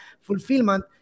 fulfillment